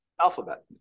Alphabet